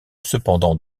cependant